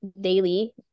Daily